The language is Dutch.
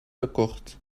tekort